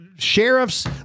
Sheriffs